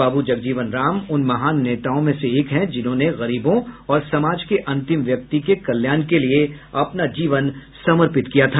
बाबू जगजीवन राम उन महान नेताओं में से एक हैं जिन्होंने गरीबों और समाज के अंतिम व्यक्ति के कल्याण के लिए अपना जीवन समर्पित किया था